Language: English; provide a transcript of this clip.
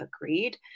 agreed